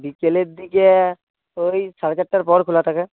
বিকেলের দিকে ওই সাড়ে চারটার পর খোলা থাকে